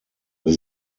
wir